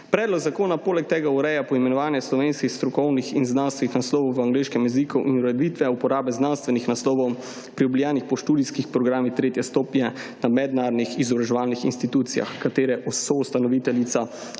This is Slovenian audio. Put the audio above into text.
Predlog zakona poleg tega ureja poimenovanje slovenskih strokovnih in znanstvenih naslovov v angleškem jeziku in ureditve uporabe znanstvenih naslovov pridobljenih po študijskih programih tretje stopnje na mednarodnih izobraževalnih inštitucijah, katere je soustanoviteljica